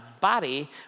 body